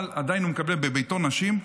אבל עדיין הוא מקבל בביתו נשים.